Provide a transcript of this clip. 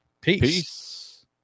Peace